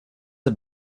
are